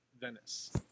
Venice